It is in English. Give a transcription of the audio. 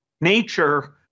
nature